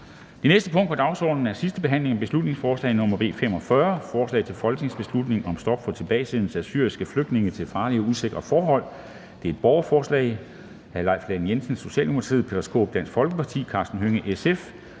Det næste punkt på dagsordenen er: 6) 2. (sidste) behandling af beslutningsforslag nr. B 45: Forslag til folketingsbeslutning om stop for tilbagesendelse af syriske flygtninge til farlige og usikre forhold (borgerforslag). Af Leif Lahn Jensen (S), Peter Skaarup (DF), Karsten Hønge (SF),